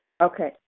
Okay